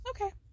Okay